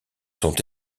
sont